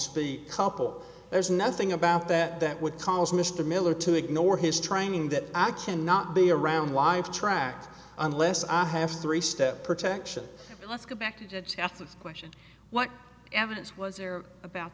speed couple there's nothing about that that would cause mr miller to ignore his training that i cannot be around live track unless i have three step protection let's go back to ask the question what evidence was there about